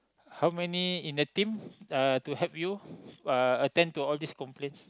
how many in the team uh to help you uh attend to all these complaints